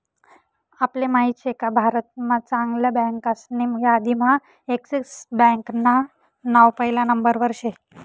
आपले माहित शेका भारत महा चांगल्या बँकासनी यादीम्हा एक्सिस बँकान नाव पहिला नंबरवर शे